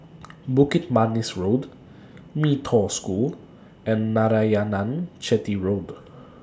Bukit Manis Road Mee Toh School and Narayanan Chetty Road